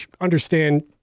understand